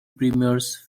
premieres